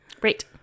Great